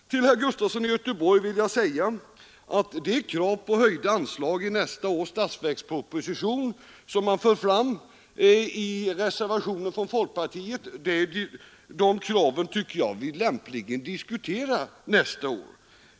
Till herr Gustafson i Göteborg vill jag säga att de krav på särskilda anslag i nästa års statsverksproposition som förts fram i reservationer från folkpartiet lämpligen kan diskuteras nästa år.